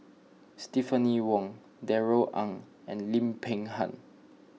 Stephanie Wong Darrell Ang and Lim Peng Han